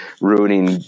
ruining –